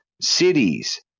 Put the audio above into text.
cities